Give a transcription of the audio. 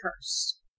cursed